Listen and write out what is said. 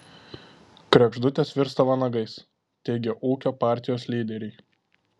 kregždutės virsta vanagais teigia ūkio partijos lyderiai